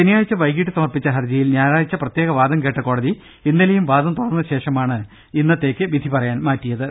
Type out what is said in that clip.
ശനിയാഴ്ച്ച വൈകീട്ട് സമർപ്പിച്ച ഹർജിയിൽ ഞായറാഴ്ച്ച പ്രത്യേക വാദം കേട്ട കോടതി ഇന്നലെയും വാദം കേട്ട ശേഷമാണ് ഇന്നത്തേക്ക് വിധി പറയാൻ മാറ്റിയത്